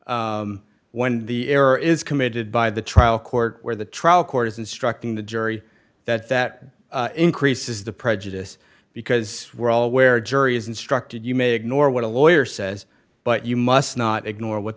that when the error is committed by the trial court where the trial court is instructing the jury that that increases the prejudice because we're all aware jury is instructed you may ignore what a lawyer says but you must not ignore what